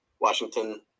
Washington